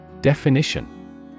Definition